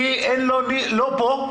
כי אין לו לא פה,